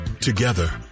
together